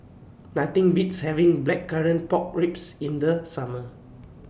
Nothing Beats having Blackcurrant Pork Ribs in The Summer